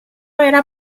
era